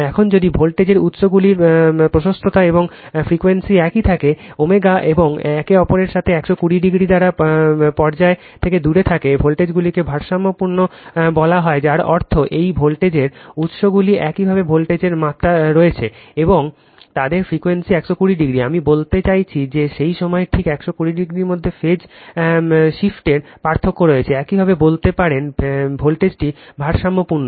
এখন যদি ভোল্টেজের উত্সগুলির প্রশস্ততা এবং ফ্রিকোয়েন্সি একই থাকে ω এবং একে অপরের সাথে 120 ডিগ্রী দ্বারা পর্যায় থেকে দূরে থাকে ভোল্টেজগুলিকে ভারসাম্যপূর্ণ বলা হয় যার অর্থ এই ভোল্টেজের উত্সগুলির একই ভোল্টেজের মাত্রা রয়েছে এবং তাদের ফ্রিকোয়েন্সি 120o আমি বলতে চাচ্ছি যে সেই সময়ে ঠিক 120o এর মধ্যে ফেজ শিফটের পার্থক্য রয়েছে একইভাবে বলতে পারেন ভোল্টেজটি ভারসাম্যপূর্ণ